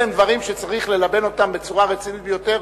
אלה דברים שצריך ללבן אותם בצורה רצינית ביותר,